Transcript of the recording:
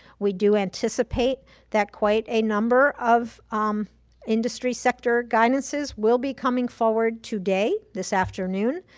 we do anticipate that quite a number of um industry sector guidances will be coming forward today this afternoon.